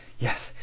yes,